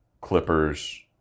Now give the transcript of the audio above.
Clippers